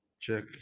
check